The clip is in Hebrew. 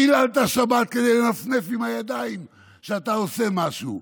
חיללת שבת כדי לנפנף עם הידיים שאתה עושה משהו.